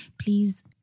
please